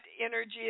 energy